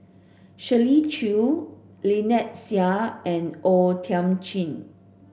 Shirley Chew Lynnette Seah and O Thiam Chin